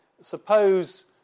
suppose